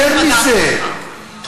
יותר מזה,